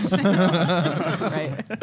Right